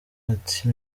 ati